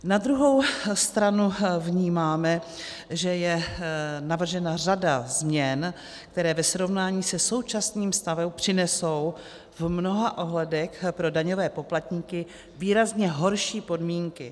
Na druhou stranu vnímáme, že je navržena řada změn, které ve srovnání se současným stavem přinesou v mnoha ohledech pro daňové poplatníky výrazně horší podmínky.